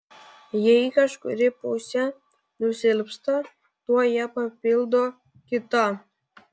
jei kažkuri pusė nusilpsta tuoj ją papildo kita